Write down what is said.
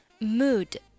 Mood